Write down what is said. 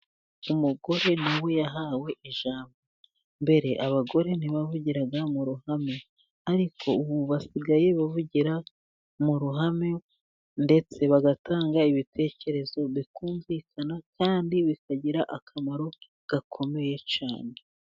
Umugore na we yahawe ijambo. Mbere, abagore ntibavugiraga mu ruhame ariko ubu basigaye bavugira mu ruhame ndetse bagatanga ibitekerezo, bikumvikana kandi bikagira akamaro gakomeye cyane.